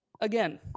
again